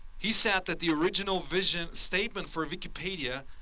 he said that the original vision statement for wikipedia